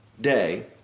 day